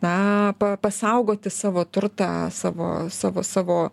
na pasaugoti savo turtą savo savo savo